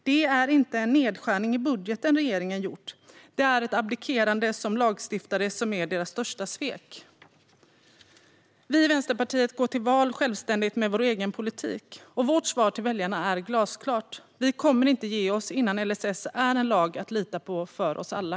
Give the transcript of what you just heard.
Det är inte en nedskärning i budgeten som regeringen gjort. Det är ett abdikerande som lagstiftare som är deras största svek. Vi i Vänsterpartiet går till val självständigt med vår egen politik. Vårt svar till väljarna är glasklart: Vi kommer inte att ge oss innan LSS är en lag att lita på för oss alla.